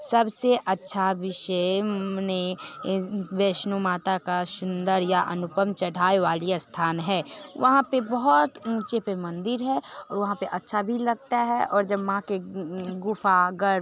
सब से अच्छा विषय ने वैष्णो माता का सुंदर या अनुपन चढ़ाई वाला स्थान है वहाँ पर बहुत ऊँचे पर मंदिर है और वहाँ पर अच्छा भी लगता है और जब माँ के गुफ़ा गर्भ